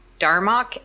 Darmok